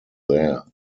there